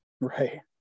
right